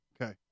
Okay